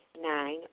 Nine